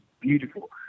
beautiful